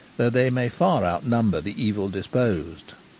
though they may far outnumber the evil-disposed.